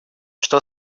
что